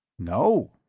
no,